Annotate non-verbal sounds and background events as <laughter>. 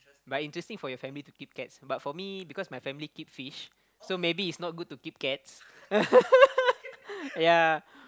but interesting for your family to keep cats but for me because my family keep fish so maybe it's not good to keep cats <laughs> ya